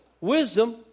Wisdom